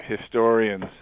historians